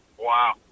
wow